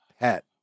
pet